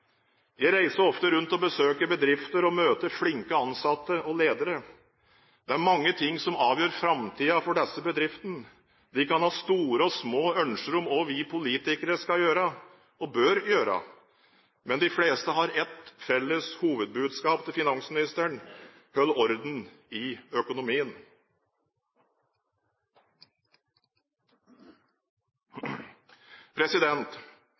Jeg reiser ofte rundt og besøker bedrifter og møter flinke ansatte og ledere. Det er mange ting som avgjør framtiden for disse bedriftene. De kan ha store og små ønsker om hva vi politikere skal gjøre og bør gjøre. De fleste har ett felles hovedbudskap til finansministeren: Hold orden i